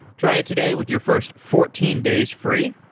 try it today with your first fourteen days free.